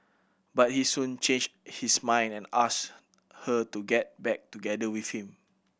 but he soon changed his mind and asked her to get back together with him